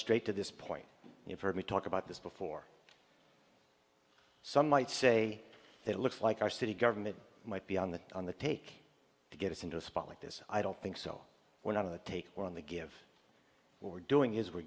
straight to this point you've heard me talk about this before some might say that looks like our city government might be on the on the take to get us into a spot like this i don't think so when on the take when they give what we're doing is we're